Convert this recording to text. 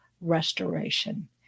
restoration